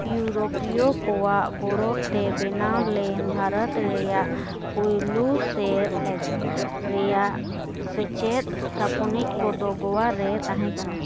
ᱤᱭᱳᱨᱳᱯᱤᱭᱚ ᱠᱚᱣᱟᱜ ᱜᱚᱲᱚᱛᱮ ᱵᱮᱱᱟᱣᱞᱮᱱ ᱵᱷᱟᱨᱚᱛ ᱨᱮᱭᱟᱜ ᱯᱳᱭᱞᱳ ᱥᱮᱫ ᱨᱮᱭᱟᱜ ᱥᱮᱪᱮᱫ ᱛᱷᱟᱯᱚᱱᱤᱪ ᱠᱚᱫᱚ ᱜᱳᱣᱟ ᱨᱮ ᱛᱟᱦᱮᱸᱠᱟᱱᱟ